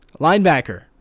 Linebacker